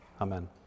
Amen